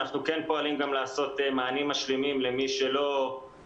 אנחנו כן פועלים לתת מענים משלימים למי